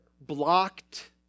blocked